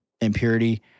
impurity